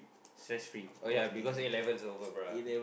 stress free oh yeah because A-level is over bruh